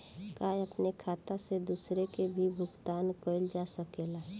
का अपने खाता से दूसरे के भी भुगतान कइल जा सके ला?